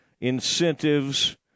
incentives